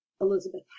elizabeth